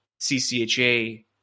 CCHA